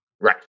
Right